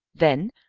then,